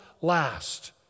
last